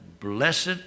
Blessed